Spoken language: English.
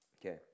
Okay